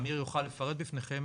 אמיר יוכל לפרט בפניכם.